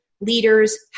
leaders